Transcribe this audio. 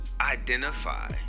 identify